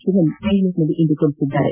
ಸಿವನ್ ಬೆಂಗಳೂರಿನಲ್ಲಿಂದು ತಿಳಿಸಿದ್ದಾರೆ